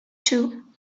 two